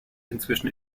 inzwischen